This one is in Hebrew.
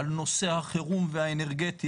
על נושא החירום והאנרגטי,